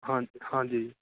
ਹਾਂਜੀ ਹਾਂਜੀ